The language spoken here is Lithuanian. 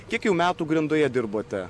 kiek jau metų grindoje dirbote